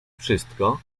wszystko